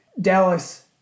Dallas